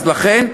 אז לכן,